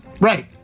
Right